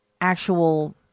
actual